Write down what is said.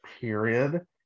period